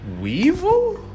Weevil